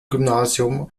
gymnasium